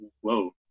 whoa